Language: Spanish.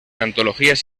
antologías